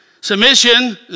Submission